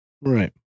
Right